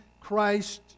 Christ